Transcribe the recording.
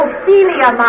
Ophelia